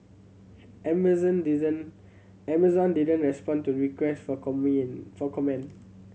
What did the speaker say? Amazon Amazon didn't respond to request for for comment